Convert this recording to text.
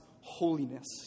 holiness